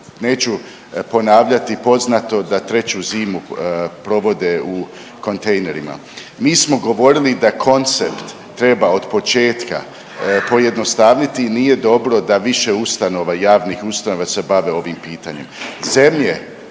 Neću ponavljati poznato da treću zimu provode u kontejnerima. Mi smo govorili da koncept treba od početka pojednostavniti i nije dobro da više ustanova, javnih ustanova već se bave ovim pitanjem.